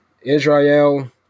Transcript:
Israel